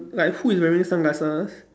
like who is wearing sunglasses